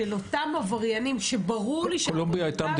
של אותם עבריינים שברור לי --- קולומביה הייתה